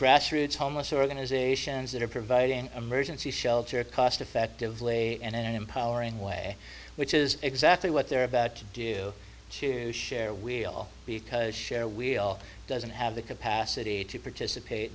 grassroots homeless organizations that are providing emergency shelter cost effectively and empowering way which is exactly what they're about to do to share we'll because share we'll doesn't have the capacity to participate